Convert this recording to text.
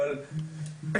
אבל פה,